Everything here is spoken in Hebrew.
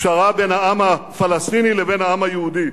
פשרה בין העם הפלסטיני לבין העם היהודי.